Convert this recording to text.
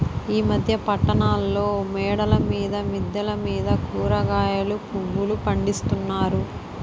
ఈ మధ్య పట్టణాల్లో మేడల మీద మిద్దెల మీద కూరగాయలు పువ్వులు పండిస్తున్నారు